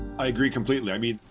i agree completely. i mean,